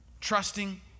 Trusting